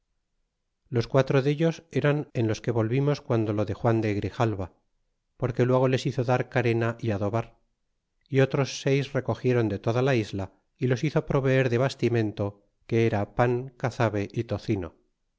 los quatro dellos eran en los que volvimos guando lo de juan de grijalva porque luego les hizo dar carena y adobar y los otros seis recogiéron de toda la isla y los hizo proveer de bastimento que era pan cazabe y tozino